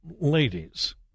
ladies